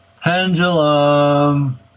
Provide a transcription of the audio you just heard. pendulum